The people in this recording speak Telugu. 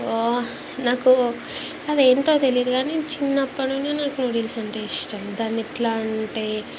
ఆహ్ నాకు అదేంటో తెలీదు కాని చిన్నప్పడి నుండి నాకు నూడిల్స్ అంటే ఇష్టం దానెట్లా అంటే